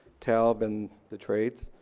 talb, and the trades.